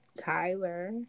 Tyler